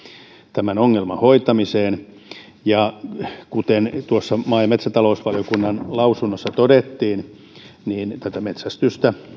tämän ongelman hoitamiseen kuten maa ja metsätalousvaliokunnan lausunnossa todettiin tätä metsästystä